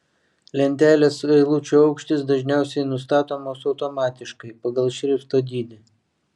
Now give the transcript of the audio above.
lentelės eilučių aukštis dažniausiai nustatomas automatiškai pagal šrifto dydį